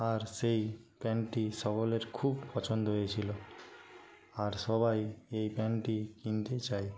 আর সেই প্যান্টটি সকলের খুব পছন্দ হয়েছিল আর সবাই এই প্যান্টটি কিনতে চায়